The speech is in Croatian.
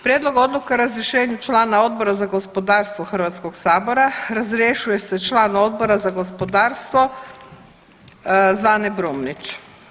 Prijedlog odluke o razrješenju člana Odbora za gospodarstvo Hrvatskog sabora razrješuje se član Odbora za gospodarstvo Zvane Brumnić.